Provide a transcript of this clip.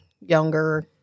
younger